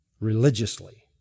religiously